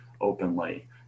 openly